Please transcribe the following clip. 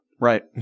Right